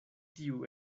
tiu